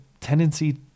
tendency